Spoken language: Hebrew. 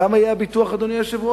כמה יהיה הביטוח, אדוני היושב-ראש?